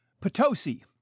Potosi